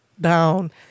down